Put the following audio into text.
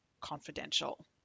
confidential